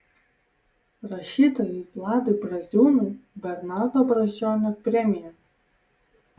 rašytojui vladui braziūnui bernardo brazdžionio premija